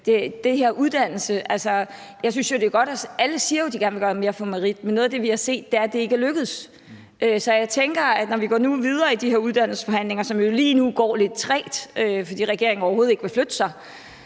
her med uddannelse siger alle jo, at de gerne vil gøre mere i forhold til merit, men noget af det, vi har set, er, at det ikke er lykkedes. Så jeg tænker, at vi, når vi går videre i de her uddannelsesforhandlinger, som lige nu går lidt trægt, fordi regeringen overhovedet ikke vil flytte sig,